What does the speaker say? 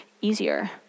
easier